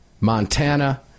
Montana